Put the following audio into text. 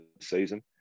season